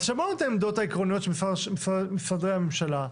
אז שמענו את העמדות העקרוניות של משרדי הממשלה.